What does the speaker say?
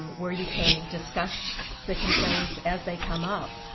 where you can discuss the concerns as they come up.